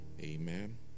Amen